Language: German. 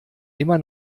immer